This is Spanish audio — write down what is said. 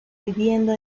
viviendo